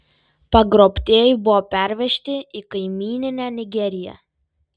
pagrobtieji buvo pervežti į kaimyninę nigeriją